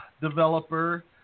developer